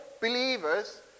believers